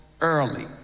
early